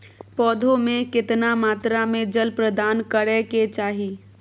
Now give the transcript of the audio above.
पौधों में केतना मात्रा में जल प्रदान करै के चाही?